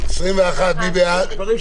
ההסתייגות